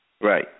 Right